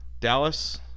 Dallas